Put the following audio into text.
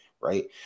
right